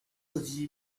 射击